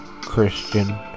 Christian